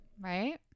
right